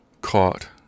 caught